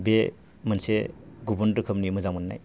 बे मोनसे गुबुन रोखोमनि मोजां मोननाय